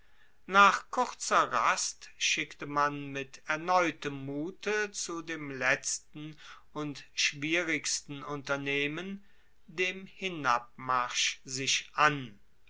nach kurzer rast schickte man mit erneutem mute zu dem letzten und schwierigsten unternehmen dem hinabmarsch sich an